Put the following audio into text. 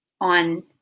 on